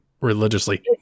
religiously